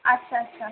আচ্ছা আচ্ছা